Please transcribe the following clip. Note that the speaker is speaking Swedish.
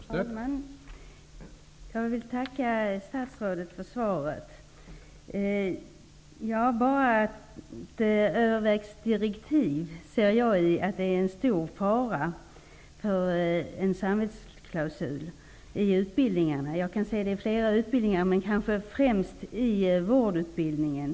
Herr talman! Jag vill tacka statsrådet för svaret. Jag ser en stor fara redan i att direktiven innebär att man skall överväga ett införande av en samvetsklausul inom utbildningarna. Det gäller flera utbildningar, men kanske främst inom vårdutbildningen.